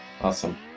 awesome